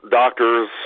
doctors